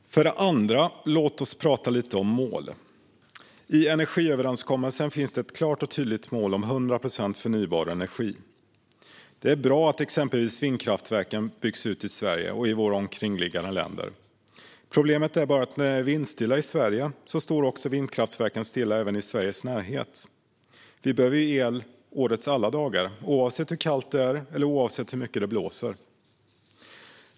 För det andra: Låt oss prata lite om mål. I energiöverenskommelsen finns det ett klart och tydligt mål om 100 procent förnybar energi. Det är bra att exempelvis vindkraften byggs ut både i Sverige och i våra omkringliggande länder. Problemet är bara att när det är vindstilla i Sverige står vindkraftverken stilla även i Sveriges närhet. Och vi behöver ju el årets alla dagar, oavsett hur kallt det är och oavsett hur mycket det blåser.